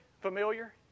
familiar